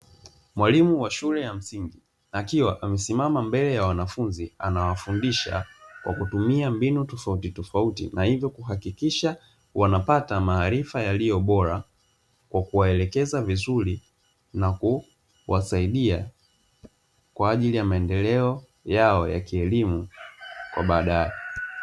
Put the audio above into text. Mwalimu wa shule ya msingi akiwa amesimama mbele ya wanafunzi anawafundisha kwa kutumia mbinu tofautitofauti na hivyo kuhakikisha wanapata maarifa yaliyo bora, kwa kuwaelekeza vizuri na kuwasaidia kwa ajili ya maendeleo yao ya kielimu kwa baadaye.